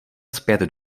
zpět